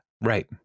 right